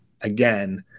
Again